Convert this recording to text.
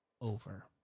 over